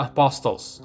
Apostles